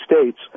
States